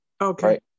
Okay